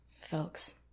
folks